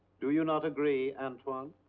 do you not agree, antoine?